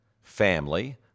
family